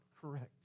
correct